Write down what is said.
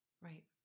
Right